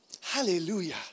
Hallelujah